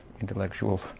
intellectual